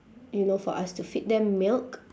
you know for us to feed them milk